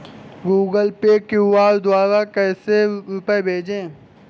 Google Pay QR द्वारा कैसे रूपए भेजें?